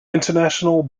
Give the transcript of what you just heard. international